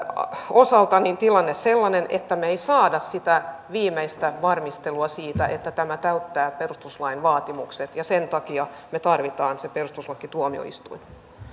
osalta tilanne sellainen että me emme saa sitä viimeistä varmistelua siitä että tämä täyttää perustuslain vaatimukset ja sen takia me tarvitsemme sen perustuslakituomioistuimen